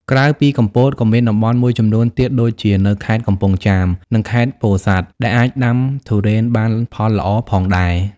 ក្រៅពីកំពត ក៏មានតំបន់មួយចំនួនទៀតដូចជានៅខេត្តកំពង់ចាម និងខេត្តពោធិ៍សាត់ ដែលអាចដាំទុរេនបានផលល្អផងដែរ។